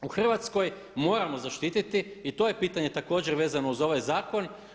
U Hrvatskoj moramo zaštititi i to je pitanje također vezano uz ovaj zakon.